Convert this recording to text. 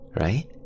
Right